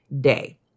day